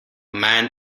man